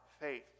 faith